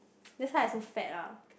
that's why I so fat ah